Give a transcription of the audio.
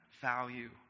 value